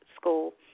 school